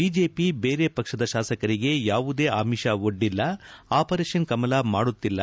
BJP ಬೇರೆ ಪಕ್ಷದ ಶಾಸಕರಿಗೆ ಯಾವುದೇ ಅಮಿಶ ಒಡ್ಡಿಲ್ಲ ಆಪರೇಷನ್ ಕಮಲ ಮಾಡುತ್ತಿಲ್ಲ